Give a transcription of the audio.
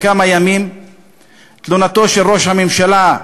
תלונתו של ראש הממשלה,